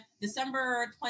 December